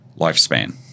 lifespan